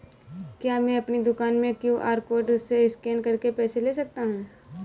क्या मैं अपनी दुकान में क्यू.आर कोड से स्कैन करके पैसे ले सकता हूँ?